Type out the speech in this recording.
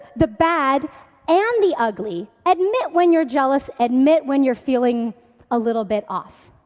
the bad and the ugly. admit when you're jealous, admit when you're feeling a little bit off.